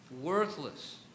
worthless